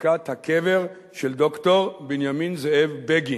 בחלקת הקבר של ד"ר בנימין זאב בגין.